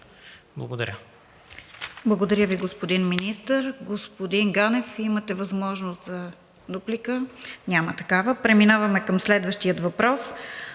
Благодаря.